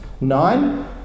Nine